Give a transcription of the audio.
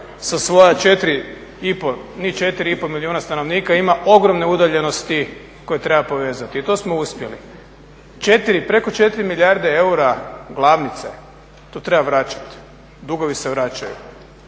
i pol milijuna stanovnika ima ogromne udaljenosti koje treba povezati i to smo uspjeli. Preko 4 milijarde eura glavnice to treba vraćati. Dugovi se vraćaju.